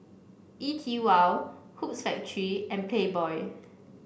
E TWOW Hoops Factory and Playboy